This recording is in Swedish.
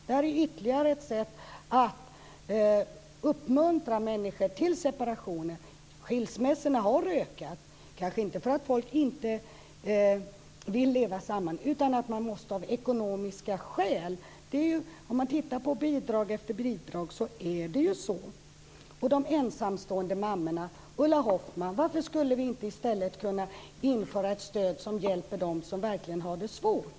Det här är ytterligare ett sätt att uppmuntra människor till separationer. Skilsmässorna har ökat, kanske inte för att folk inte vill leva samman, utan för att de måste av ekonomiska skäl. Tittar man på bidrag efter bidrag är det ju så. Så till de ensamstående mammorna. Varför, Ulla Hoffmann, skulle vi inte i stället kunna införa ett stöd som hjälper dem som verkligen har det svårt?